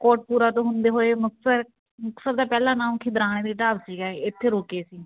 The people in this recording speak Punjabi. ਕੋਟਪੂਰਾ ਤੋਂ ਹੁੰਦੇ ਹੋਏ ਮੁਕਤਸਰ ਮੁਕਤਸਰ ਦਾ ਪਹਿਲਾਂ ਨਾਮ ਖਿਦਰਾਣੇ ਦੀ ਢਾਬ ਸੀਗਾ ਇੱਥੇ ਰੁਕੇ ਸੀ